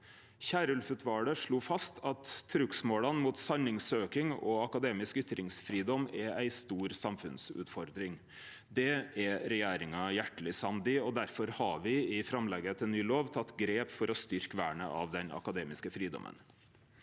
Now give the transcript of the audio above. Kierulf-utvalet slo fast at trugsmåla mot sanningssøking og akademisk ytringsfridom er ei stor samfunnsutfordring. Det er regjeringa hjarteleg samd i, og difor har me i framlegget til ny lov teke grep for å styrkje vernet av den akademiske fridomen.